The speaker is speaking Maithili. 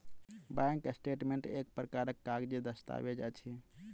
बैंक स्टेटमेंट एक प्रकारक कागजी दस्तावेज अछि